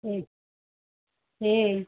সেই সেই